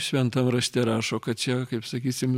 šventam rašte rašo kad čia kaip sakysim